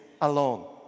alone